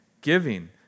giving